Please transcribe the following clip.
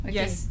Yes